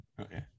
Okay